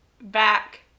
back